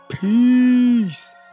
Peace